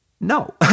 No